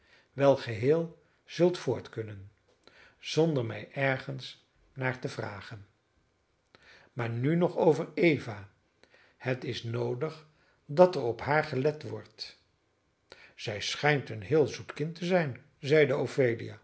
wel geheel zult voort kunnen zonder mij ergens naar te vragen maar nu nog over eva het is noodig dat er op haar gelet wordt zij schijnt een heel zoet kind te zijn zeide